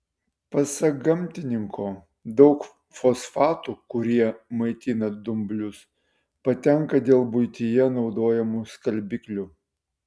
pasak gamtininko daug fosfatų kurie maitina dumblius patenka dėl buityje naudojamų skalbiklių